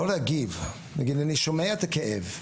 לא להגיב, אני שומע את הכאב.